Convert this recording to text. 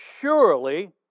surely